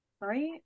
Right